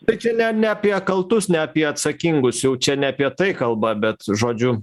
bet čia ne ne apie kaltus ne apie atsakingus jau čia ne apie tai kalba bet žodžiu